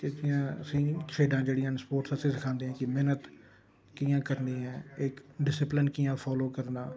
ते असेंगी खेढां जेह्ड़ियां न स्पोर्टस असेंगी सखांदे न कि मेह्नत कियां करनी ऐ इक डिस्पलिन कियां फालो करना